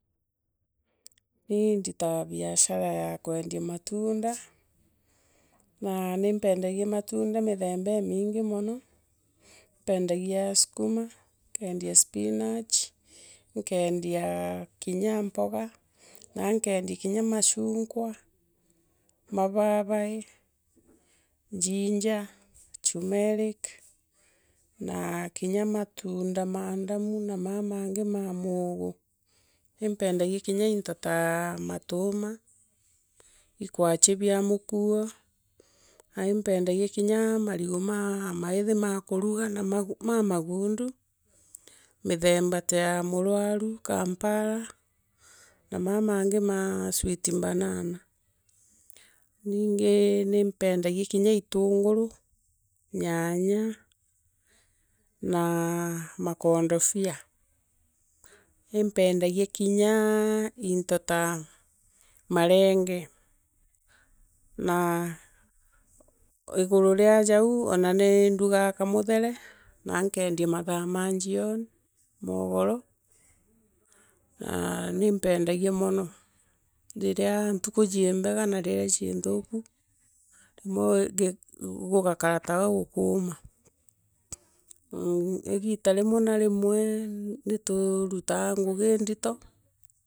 Ni mbitaa biashara ya kwendia matunda, na nimpendagia matunda mitheemba cimingi mono, mpendagia skuma. nkendia spinach, nkeendia kinya mpoga, na nkeendia kinya mashonkwa, mababai, ginger, turmeric, na kinya matunda ma ndamu na maa mangi ma mu. Impendagia kinya mto ta matuma, ikwachie bra mukuona impendagia kinya marigu jamaithi ja kuruga, na mamagundu, mithemba tee murwaru, kampala, na ma mangi ma sweet banana ningi ni mpendagia Kenya itunguru, nyanya na makondotia. Impendagia kinya mto ta marenge, na iguru ria jau on ani nduga muthere na nkeedia mathaa majioni, moogoro, na nimpendagia mono riria ntuku jimbega na riria ji nthuku rimwe gugukara taka gukuuma igita rimwe na rimwe nituruka ngugi iindito.